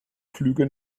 flüge